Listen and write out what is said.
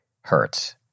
hurts